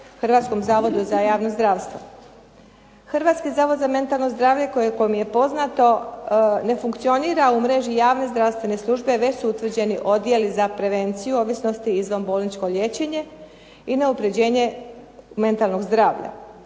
Hrvatskom zavodu za javno zdravstvo. Hrvatski zavod za mentalno zdravlje koliko mi je poznato ne funkcionira u mreži javne zdravstvene službe već su utvrđeni odjeli za prevenciju ovisnosti i izvanbolničko liječenje i unapređenje mentalnog zdravlja.